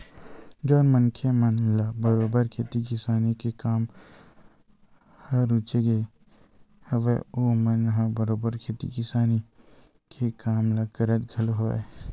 जउन मनखे मन ल बरोबर खेती किसानी के काम ह रुचगे हवय ओमन ह बरोबर खेती किसानी के काम ल करत घलो हवय